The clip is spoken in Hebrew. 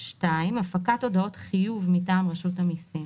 "(2)הפקת הודעות חיוב מטעם רשות המסים,"